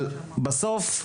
בסוף,